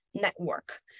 network